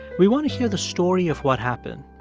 we want to hear the story of what happened,